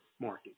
market